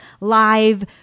live